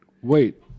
Wait